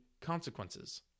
consequences